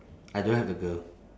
I don't have the girl